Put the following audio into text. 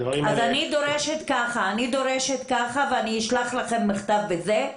אז אני דורשת, ואשלח לכם מכתב על זה,